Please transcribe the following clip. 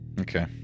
Okay